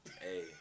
Hey